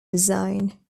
design